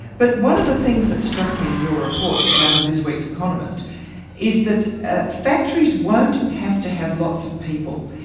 but one of the things that struck me in your report that's out in this week's economist is that ah factories won't have to have lots of people,